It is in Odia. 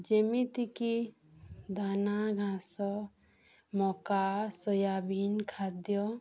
ଯେମିତି କି ଦାନା ଘାସ ମକା ସୋୟାବିିନ ଖାଦ୍ୟ